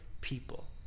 people